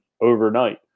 overnight